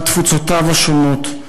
על תפוצותיו השונות,